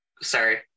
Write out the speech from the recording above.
Sorry